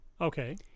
Okay